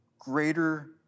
greater